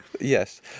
Yes